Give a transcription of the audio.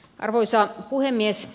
arvoisa puhemies